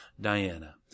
Diana